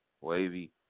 Wavy